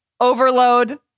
overload